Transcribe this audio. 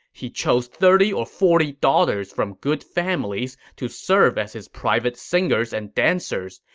he chose thirty or forty daughters from good families to serve as his private singers and dancers.